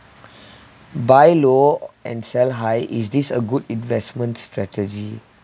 buy low and sell high is this a good investment strategy